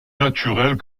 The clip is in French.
naturel